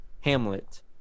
Hamlet